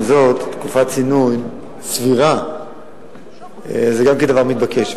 עם זאת, תקופת צינון סבירה זה דבר מתבקש.